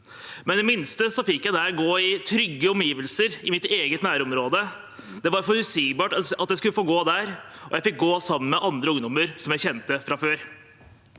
men i det minste fikk jeg der gå i trygge omgivelser i mitt eget nærområde. Det var forutsigbart at jeg skulle få gå der, og jeg fikk gå sammen med andre ungdommer som jeg kjente fra før.